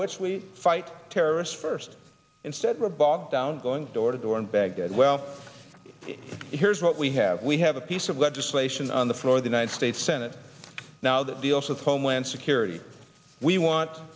which we fight terrorists first instead we're bogged down going door to door in baghdad well here's what we have we have a piece of legislation on the floor of the united states senate now that deals with homeland security we want